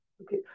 Okay